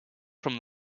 from